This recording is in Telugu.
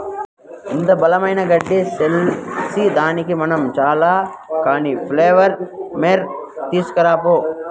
ఇంత బలమైన గడ్డి సీల్సేదానికి మనం చాల కానీ ప్లెయిర్ మోర్ తీస్కరా పో